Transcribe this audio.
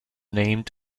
named